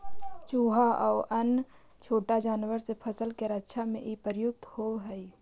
चुहा आउ अन्य छोटा जानवर से फसल के रक्षा में इ प्रयुक्त होवऽ हई